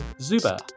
Zuba